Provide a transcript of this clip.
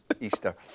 Easter